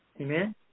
Amen